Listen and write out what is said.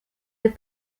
des